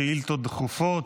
שאילתות דחופות,